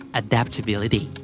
adaptability